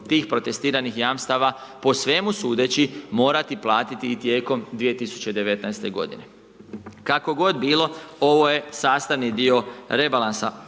tih protestiranih jamstava, po svemu sudeći, morati platiti i tijekom 2019. godine. Kako god bilo, ovo je sastavni dio rebalansa